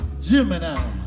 Gemini